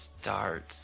starts